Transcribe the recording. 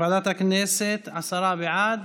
בעד?